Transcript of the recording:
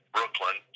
Brooklyn